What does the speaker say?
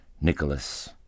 Nicholas